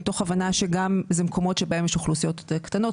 מתוך הבנה שגם זה מקומות שבהם יש אוכלוסיות יותר קטנות,